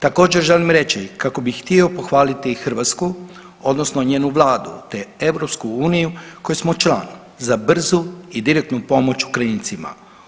Također želim reći kako bi htio pohvaliti Hrvatsku odnosno njenu vladu, te EU koji smo član, za brzu i direktnu pomoć Ukrajincima.